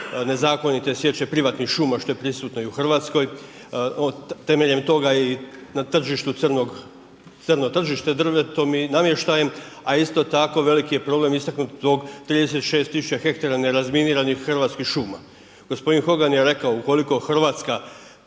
nezakonite sječe privatnih šuma, što je prisutno i u Hrvatskoj. Temeljem toga i na tržištu crnog, crno tržište drvetom i namještajem, a isto tako veliki je problem istaknut zbog 36000 hektara nerazminiranih hrvatskih šuma. Gospodin Hogan je rekao ukoliko Hrvatska